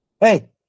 Hey